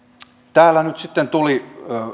täällä nyt sitten tuli